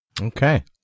Okay